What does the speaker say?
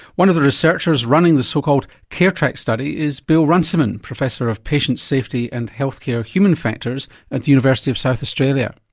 one of the researchers running the so called caretrack study is bill runciman, professor of patient safety and healthcare human factors at the university of south australia.